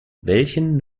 welchen